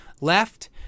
left